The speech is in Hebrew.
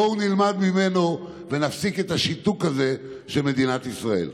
בואו נלמד ממנו ונפסיק את השיתוק הזה של מדינת ישראל.